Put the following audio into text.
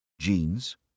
Jeans